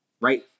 Right